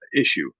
issue